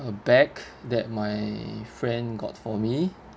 a bag that my friend got for me